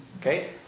Okay